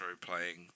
playing